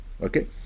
Okay